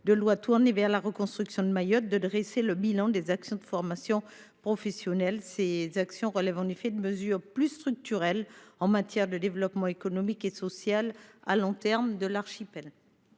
centré sur la reconstruction de Mayotte, de dresser le bilan des actions menées en matière de formation professionnelle, ces actions relevant en effet de mesures plus structurelles pour le développement économique et social de long terme de l’archipel.